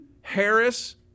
Harris